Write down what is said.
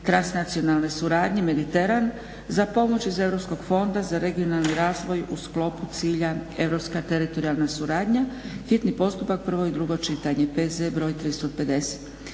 transnacionalne suradnje Mediteran za pomoć iz Europskog fonda za regionalni razvoj u sklopu cilja europska teritorijalna suradnja, hitni postupak, prvo i drugo čitanje, P.Z. br. 350;